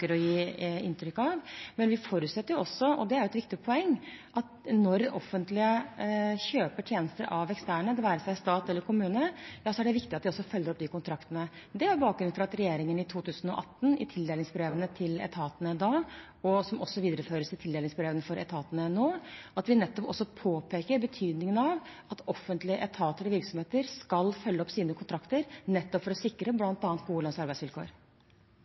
å gi inntrykk av. Men vi forutsetter – og dette er et viktig poeng – at når det offentlige, enten det er stat eller kommune, kjøper tjenester av eksterne, er det viktig at de følger opp disse kontraktene. Det er bakgrunnen for at regjeringen i tildelingsbrevene til etatene i 2018 – noe som videreføres i tildelingsbrevene til etatene i år – påpekte betydningen av at offentlige etater og virksomheter skal følge opp sine kontrakter, nettopp for å sikre bl.a. gode lønns- og arbeidsvilkår.